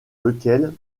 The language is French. lequel